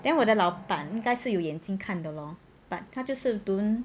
then 我的老板应该是有眼睛看的 lor but 他就是 don't